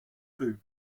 peu